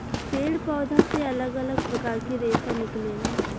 पेड़ पौधा से अलग अलग प्रकार के रेशा निकलेला